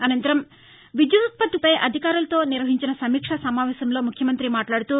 అనంతరం విద్యుత్ ఉత్పత్తిపై అధికారులతో నిర్వహించిన సమీక్షా సమావేశంలో ముఖ్యమంతి మాట్లాదుతూ